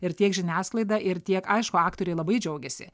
ir tiek žiniasklaida ir tiek aišku aktoriai labai džiaugiasi